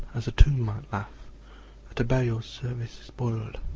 as a tomb might laugh at a burial service spoiled,